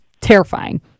terrifying